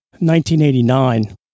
1989